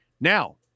Now